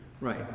Right